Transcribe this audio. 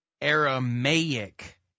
Aramaic